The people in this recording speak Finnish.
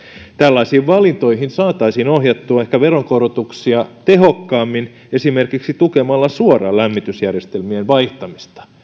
tällaisiin valintoihin saataisiin ohjattua ehkä veronkorotuksia tehokkaammin esimerkiksi tukemalla suoraan lämmitysjärjestelmien vaihtamista